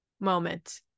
Moment